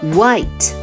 white